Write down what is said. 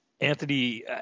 Anthony